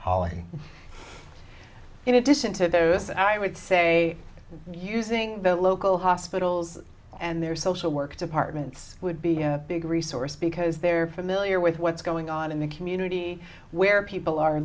holly in addition to those i would say using the local hospitals and their social work department would be a big resource because they're familiar with what's going on in the community where people are